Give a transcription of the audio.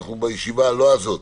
לא בישיבה הזאת.